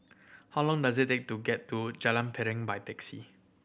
how long does it take to get to Jalan Piring by taxi